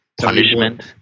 Punishment